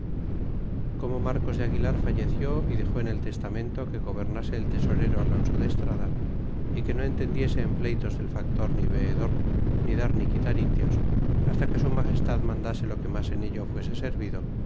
como marcos de aguilar falleció y dexó en el testamento que gobernase el tesorero alonso de estrada y que no entendiese en pleytos del factor ni veedor ni dar ni quitar indios hasta que su magestad mandase lo que mas en ello fuese servido